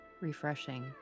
refreshing